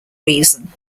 reason